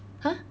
!huh!